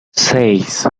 seis